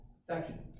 section